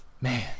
Man